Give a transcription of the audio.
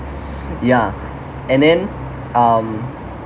ya and then um